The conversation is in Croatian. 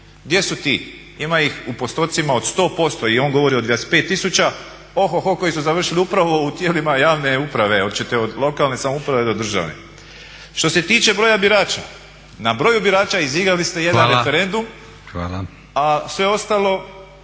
Gdje su ti? Ima ih u postotcima od 100% i on govori o 25000 ohoho koji su završili upravo u tijelima javne uprave, hoćete od lokalne samouprave do državne. Što se tiče broja birača, na broju birača izigrali ste jedan referendum, a sve ostalo